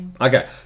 Okay